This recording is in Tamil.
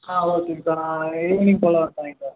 ஆ ஓகேங்க சார் நான் ஈவ்னிங் போல சார்